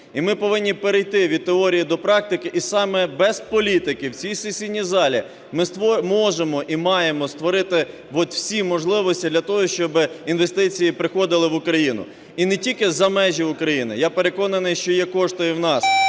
І ми повинні перейти від теорії до практики, і саме без політики, в цій сесійній залі ми можемо і маємо створити от всі можливості для того, щоб інвестиції приходили в Україну. І не тільки за межі України, я переконаний, що є кошти і у нас,